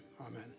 Amen